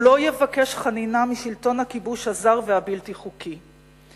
הוא לא יבקש חנינה משלטון הכיבוש הזר והבלתי חוקי.